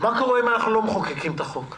מה קורה אם אנחנו לא מחוקקים את החוק?